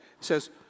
says